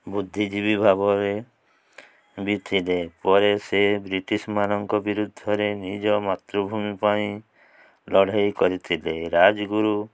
ବୁଦ୍ଧିଜୀବୀ ଭାବରେ ବି ଥିଲେ ପରେ ସେ ବ୍ରିଟିଶମାନଙ୍କ ବିରୁଦ୍ଧରେ ନିଜ ମାତୃଭୂମି ପାଇଁ ଲଢ଼େଇ କରିଥିଲେ ରାଜଗୁରୁ